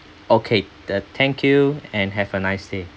okay uh thank you and have a nice day